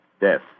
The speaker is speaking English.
Death